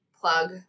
plug